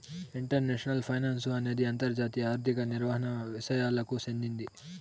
international finance అనేది అంతర్జాతీయ ఆర్థిక నిర్వహణ విసయాలకు చెందింది